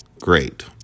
great